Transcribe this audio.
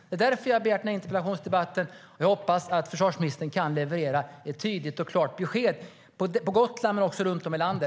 Det är därför jag har ställt denna interpellation. Jag hoppas att försvarsministern kan leverera ett tydligt och klart besked om Gotland men också om resten av landet.